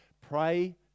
Pray